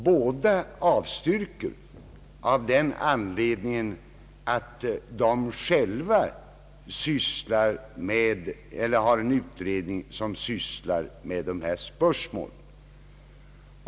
Båda avstyrker, av den anledningen att de själva har en utredning som sysslar med dessa spörsmål.